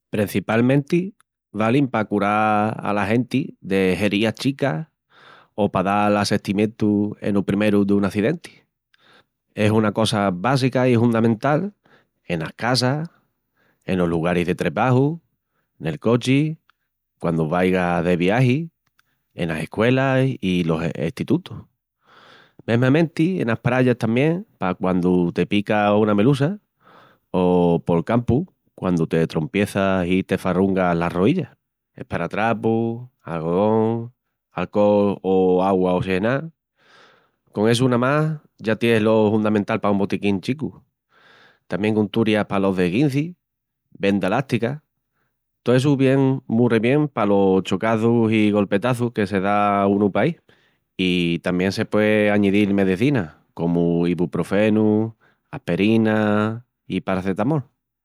Prencipalmenti valin pa cural ala genti de herías chicas o pa dal assestimientu eno primeru d'un acidenti. Es una cosa básica i hundamental enas casas, enos lugaris de trebaju, nel cochi, quandu vaigas de viagi, enas escuelas i los enstitutus. Mesmamenti enas prayas tamién pa quandu te pica una melusa, o pol campu quandu te trompiezas i t'esfarrungas las roíllas. Esparatrapu, algodón, alcol o áugua ossigená. Con essu namás ya ties lo hundamental pa un botiquín chicu. Tamién unturias palos desguincis, venda lástica. To essu vien mu rebien palos chocazus i golpetazus que se dá unu paí. I tamién se pué añidil medecinas, comu ibuprofenu, asperina i paracetamol.